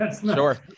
sure